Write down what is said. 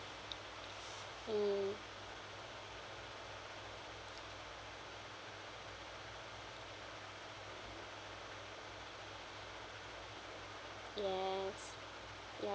mm yes ya